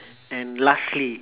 and lastly